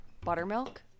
buttermilk